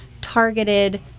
targeted